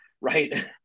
Right